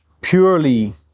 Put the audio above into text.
purely